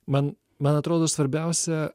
man man atrodo svarbiausia